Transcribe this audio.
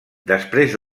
després